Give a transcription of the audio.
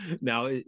Now